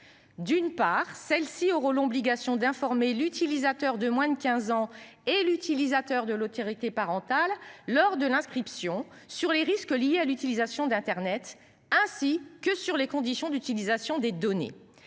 D'une part celles-ci auront l'obligation d'informer l'utilisateur de moins de 15 ans et l'utilisateur de l'autorité parentale lors de l'inscription sur les risques liés à l'utilisation d'Internet ainsi que sur les conditions d'utilisation des données.